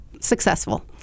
successful